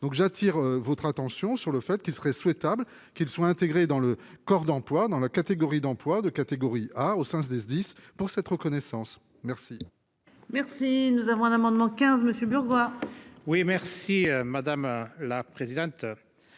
donc j'attire votre attention sur le fait qu'il serait souhaitable qu'ils soient intégrés dans le corps d'emplois dans la catégorie d'emploi de catégorie A au sein des SDIS pour cette reconnaissance. Merci. Merci. Nous avons un amendement 15 monsieur bureau quoi. Oui merci madame la présidente.